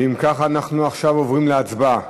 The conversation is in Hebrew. ואם כך, אנחנו עכשיו עוברים להצבעה.